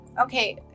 Okay